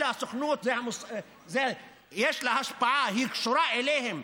אלה, הסוכנות, יש לה השפעה, היא קשורה אליהם.